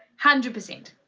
hundred percent.